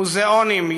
מוזאונים,